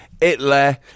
Italy